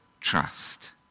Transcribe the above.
trust